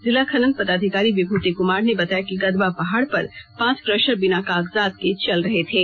जिला खनन पदाधिकारी विभूति कुमार ने बताया कि गदवा पहाड़ पर पांच क्रशर बिना कागजात के चल रहे थे